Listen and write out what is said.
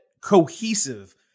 cohesive